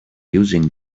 using